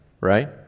right